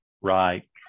Right